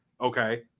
Okay